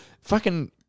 fucking-